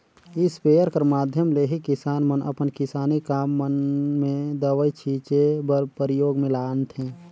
sprayer कर माध्यम ले ही किसान मन अपन किसानी काम मन मे दवई छीचे बर परियोग मे लानथे